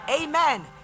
Amen